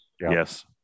Yes